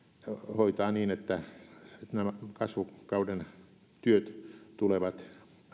hoitaa niin että nämä kasvukauden työt tulevat